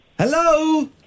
Hello